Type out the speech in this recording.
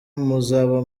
muzaba